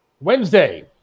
Wednesday